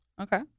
okay